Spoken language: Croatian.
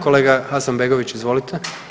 Kolega Hasanbegović izvolite.